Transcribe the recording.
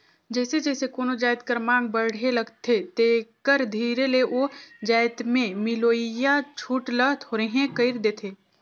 जइसे जइसे कोनो जाएत कर मांग बढ़े लगथे तेकर धीरे ले ओ जाएत में मिलोइया छूट ल थोरहें कइर देथे